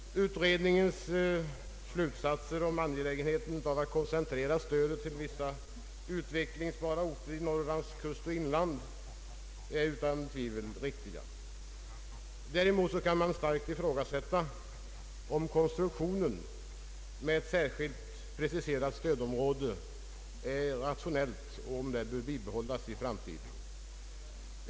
Utredningens slutsatser om angelägenhe Statsverkspropositionen m.m. ten av att koncentrera stödet till vissa ”utvecklingsbara” orter i Norrlands kustoch inland är utan tvivel riktiga. Däremot kan man starkt ifrågasätta om konstruktionen med ett särskilt preciserat stödområde är rationell och om den bör bibehållas i framtiden.